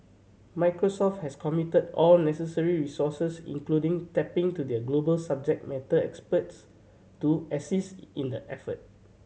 Microsoft has committed all necessary resources including tapping into their global subject matter experts to assist in the effort